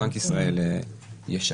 תכף בנק ישראל ישקף.